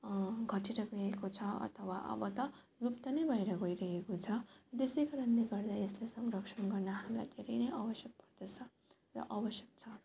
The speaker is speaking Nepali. घटेर गएको छ अथवा अब त लुप्त नै भएर गइरहेको छ त्यसै कारणले गर्दा यसलाई संरक्षण गर्न हामीलाई धेरै नै आवश्यक पर्दछ र आवश्यक छ